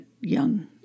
young